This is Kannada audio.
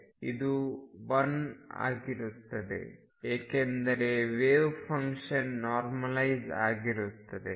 ಇದು 1 ಆಗಿರುತ್ತದೆ ಏಕೆಂದರೆ ವೇವ್ ಫಂಕ್ಷನ್ ನಾರ್ಮಲೈಜ್ ಆಗಿರುತ್ತದೆ